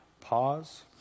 pause